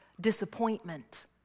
disappointment